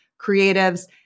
creatives